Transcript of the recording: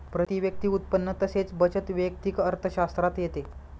प्रती व्यक्ती उत्पन्न तसेच बचत वैयक्तिक अर्थशास्त्रात येते